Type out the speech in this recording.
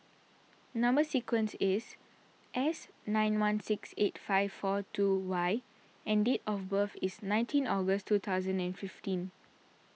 Number Sequence is S nine one six eight five four two Y and date of birth is nineteen August two thousand and fifteen